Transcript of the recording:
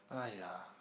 !aiya!